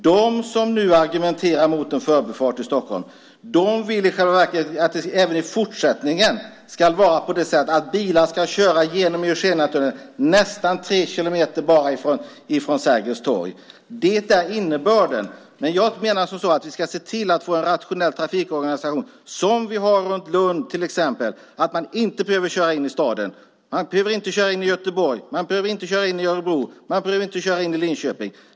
De som nu argumenterar mot en förbifart i Stockholm vill i själva verket att bilar även i fortsättningen ska köra genom Eugeniatunneln, bara ca 3 kilometer från Sergels torg. Det är innebörden. Men jag menar att vi ska se till att få en rationell trafikorganisation, som vi har runt Lund, till exempel. Man behöver inte köra in i staden. Man behöver inte köra in i Göteborg. Man behöver inte köra in i Örebro. Man behöver inte köra in i Linköping.